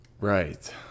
Right